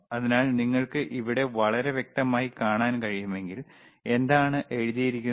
അതിനാൽ നിങ്ങൾക്ക് ഇവിടെ വളരെ വ്യക്തമായി കാണാൻ കഴിയുമെങ്കിൽ എന്താണ് എഴുതിയിരിക്കുന്നത്